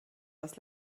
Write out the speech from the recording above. was